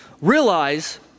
Realize